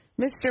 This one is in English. Mr